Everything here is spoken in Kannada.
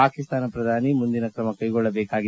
ಪಾಕಿಸ್ತಾನ ಶ್ರಧಾನಿ ಮುಂದಿನ ಕ್ರಮಕೈಗೊಳ್ಳಬೇಕಾಗಿದೆ